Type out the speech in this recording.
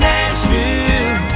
Nashville